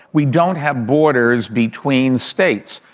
we don't have borders between states.